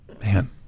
Man